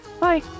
Bye